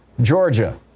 georgia